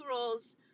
roles